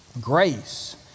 Grace